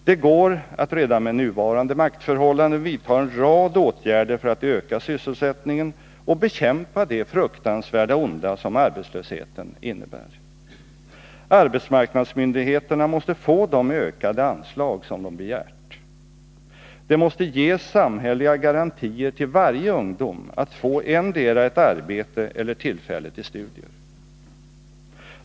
Det går att redan med nuvarande maktförhållanden vidta en rad åtgärder för att öka sysselsättningen och bekämpa det fruktansvärda onda som arbetslösheten innebär. Arbetsmarknadsmyndigheterna måste få de ökade anslag som de begärt. Det måste ges samhälleliga garantier till varje ungdom att få endera ett arbete eller tillfälle till studier.